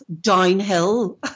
downhill